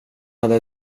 hade